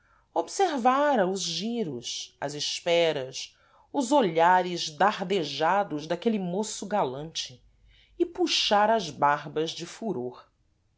observara os giros as esperas os olhares dardejados daquele môço galante e puxara as barbas de furor